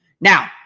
Now